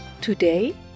Today